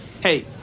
Hey